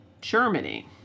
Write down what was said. Germany